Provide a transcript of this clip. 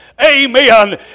Amen